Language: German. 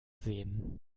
sehen